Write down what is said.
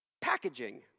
Packaging